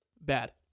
Bad